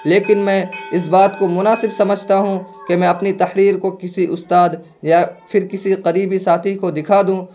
لیکن میں اس بات کو مناسب سمجھتا ہوں کہ میں اپنی تحریر کو کسی استاد یا پھر کسی قریبی ساتھی کو دکھا دوں